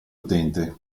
utente